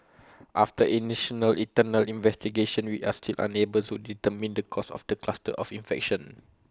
after know internal investigation we are still unable to determine the cause of the cluster of infection